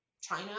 China